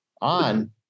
on